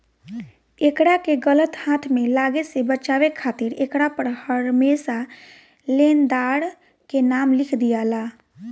एकरा के गलत हाथ में लागे से बचावे खातिर एकरा पर हरमेशा लेनदार के नाम लिख दियाला